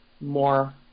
more